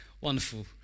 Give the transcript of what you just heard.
wonderful